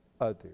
others